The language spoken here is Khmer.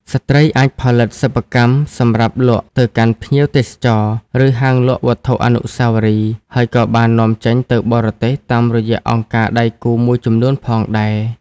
ស្ត្រីអាចផលិតសិប្បកម្មសម្រាប់លក់ទៅកាន់ភ្ញៀវទេសចរណ៍ ឬហាងលក់វត្ថុអនុស្សាវរីយ៍ ហើយក៏បាន នាំចេញទៅបរទេស តាមរយៈអង្គការដៃគូមួយចំនួនផងដែរ។